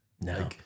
No